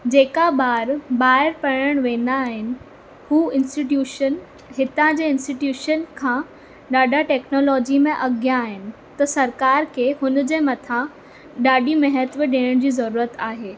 जेका ॿार ॿाहिरि पढ़ण वेंदा आहिनि हू इंस्टिट्युशन हितां जे इंस्टिट्युशन खां ॾाढा टेक्नोलॉजीअ में अॻियां आहिनि त सरकार खे हुनजे मथां ॾाढी महत्व ॾियण जी ज़रूरत आहे